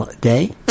day